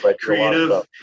creative